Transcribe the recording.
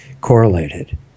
correlated